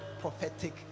prophetic